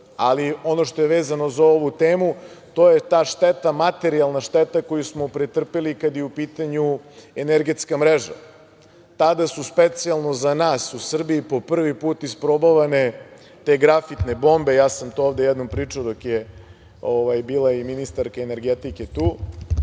Ali, ono što je vezano za ovu temu, to je ta šteta, materijalna šteta koju smo pretrpeli kada je u pitanju energetska mreža. Tada su specijalno za nas u Srbiji po prvi put isprobavane te grafitne bombe, ja sam to ovde jednom pričao dok je bila i ministarka energetike tu,